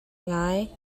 ngai